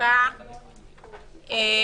ועדת החוקה חוק ומשפט.